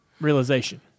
realization